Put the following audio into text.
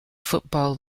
football